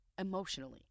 emotionally